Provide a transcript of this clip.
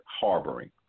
harboring